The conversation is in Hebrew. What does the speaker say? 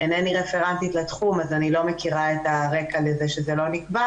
אינני רפרנטית לתחום אז אני לא מכירה את הרקע לכך שזה לא נקבע.